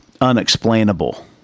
unexplainable